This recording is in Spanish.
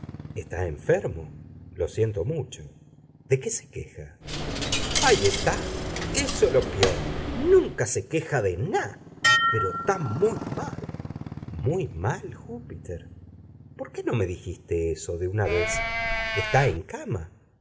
está enfermo lo siento mucho de qué se queja ahí etá eso é lo pior nunca se queja de ná pero tá mu mal muy mal júpiter por qué no me dijiste eso de una vez está en cama